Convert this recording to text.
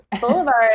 Boulevard